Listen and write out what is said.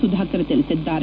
ಸುಧಾಕರ್ ತಿಳಿಸಿದ್ದಾರೆ